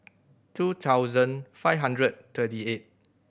two thousand five hundred thirty eight